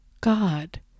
God